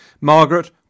Margaret